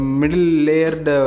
middle-layered